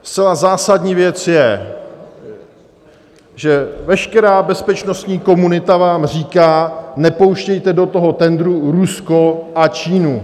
Zcela zásadní věc je, že veškerá bezpečnostní komunita vám říká nepouštějte do toho tendru Rusko a Čínu.